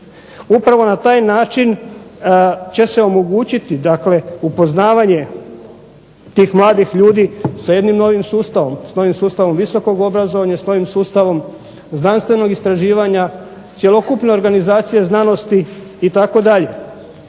Upravo na taj način će se omogućiti, dakle upoznavanje tih mladih ljudi sa jednim novim sustavom, sa novim sustavom visokog obrazovanja, sa novim sustavom znanstvenog istraživanja, cjelokupne organizacije znanosti itd.